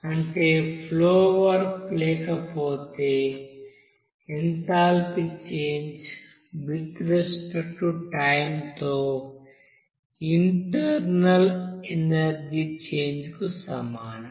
అంటే flow work లేకపోతే enthalpy change respect to time తో ఇంటర్నల్ ఎనర్జీ చేంజ్కు సమానం